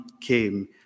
came